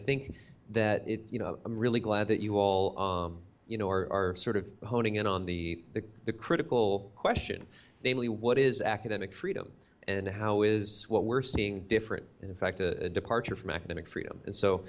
think that you know i'm really glad that you all you know are sort of honing in on the the critical question namely what is academic freedom and how is what we're seeing different in fact a departure from academic freedom and so